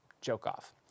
joke-off